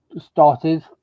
started